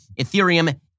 Ethereum